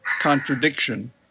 contradiction